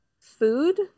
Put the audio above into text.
food